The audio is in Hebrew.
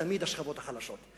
תמיד השכבות החלשות.